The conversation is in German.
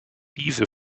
diese